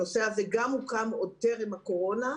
הנושא הזה הוקם עוד טרם הקורונה,